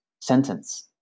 sentence